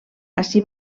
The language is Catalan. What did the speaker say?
ací